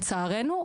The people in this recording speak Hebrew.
לצערנו,